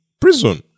prison